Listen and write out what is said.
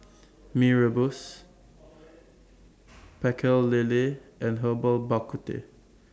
Mee Rebus Pecel Lele and Herbal Bak Ku Teh